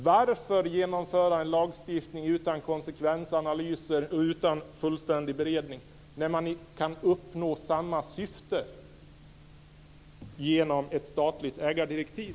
Varför genomföra en lagstiftning utan konsekvensanalyser och utan fullständig beredning när man kan uppnå samma syfte genom ett statligt ägardirektiv?